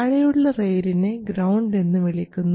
താഴെയുള്ള റയിലിനെ ഗ്രൌണ്ട് എന്ന് വിളിക്കുന്നു